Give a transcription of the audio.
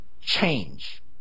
change